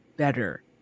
better